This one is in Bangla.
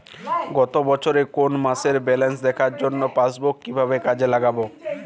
গত বছরের কোনো মাসের ব্যালেন্স দেখার জন্য পাসবুক কীভাবে কাজে লাগাব?